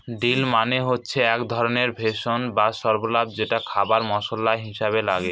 deal মানে হচ্ছে এক ধরনের ভেষজ বা স্বল্পা যেটা খাবারে মশলা হিসাবে লাগে